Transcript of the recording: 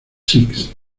six